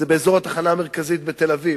היא באזור התחנה המרכזית בתל-אביב.